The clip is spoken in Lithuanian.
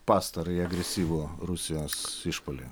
pastarąjį agresyvų rusijos išpuolį